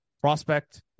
prospect